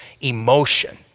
emotion